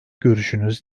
görüşünüz